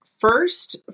First